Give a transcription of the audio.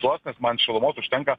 tuos nes man šilumos užtenka